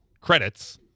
credits